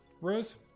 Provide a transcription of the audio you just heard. Rose